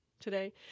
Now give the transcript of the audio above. today